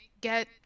get